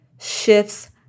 shifts